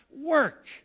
work